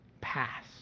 pass